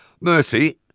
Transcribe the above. Mercy